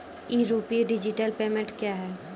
ई RUPI digital payment क्या हैं?